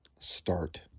Start